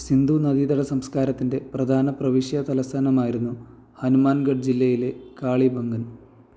സിന്ധു നദീതട സംസ്കാരത്തിൻ്റെ പ്രധാന പ്രവിശ്യ തലസ്ഥാനമായിരുന്നു ഹനുമാൻഗഡ് ജില്ലയിലെ കാളിബംഗൻ